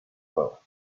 well